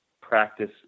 practice